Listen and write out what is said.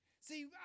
See